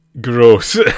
gross